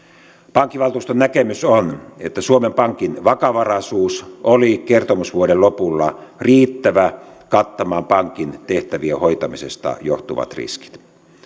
pankkivaltuuston näkemys on että suomen pankin vakavaraisuus oli kertomusvuoden lopulla riittävä kattamaan pankin tehtävien hoitamisesta johtuvat riskit